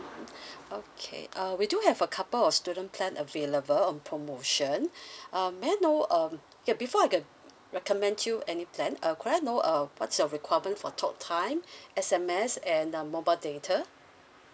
okay uh we do have a couple of student plan available on promotion um may I know um ya before I can recommend you any plan uh could I know uh what's your requirement for talk time S_M_S and uh mobile data